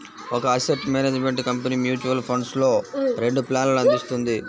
ఒక asset management company mutual ఫండ్స్లో రెండు ప్లాన్లను అందిస్తుంది